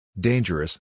Dangerous